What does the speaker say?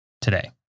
today